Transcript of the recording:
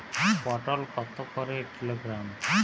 পটল কত করে কিলোগ্রাম?